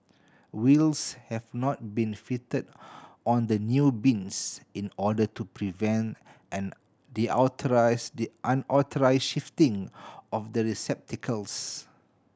wheels have not been fitted on the new bins in order to prevent the the unauthorised shifting of the receptacles